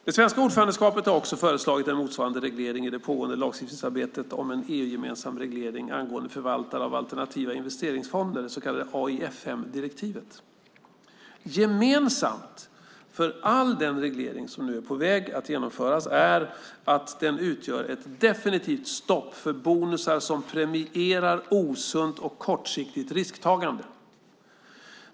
Det svenska ordförandeskapet har också föreslagit en motsvarande reglering i det pågående lagstiftningsarbetet om en EU-gemensam reglering angående förvaltare av alternativa investeringsfonder, det så kallade AIFM-direktivet. Gemensamt för all den reglering som nu är på väg att genomföras är att den utgör ett definitivt stopp för bonusar som premierar osunt och kortsiktigt risktagande.